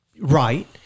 Right